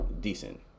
decent